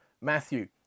Matthew